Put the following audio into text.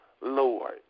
Lord